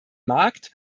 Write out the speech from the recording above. markt